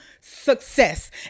success